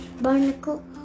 Barnacle